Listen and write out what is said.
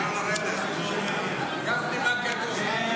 מה כתוב?